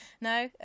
no